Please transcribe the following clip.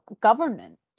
government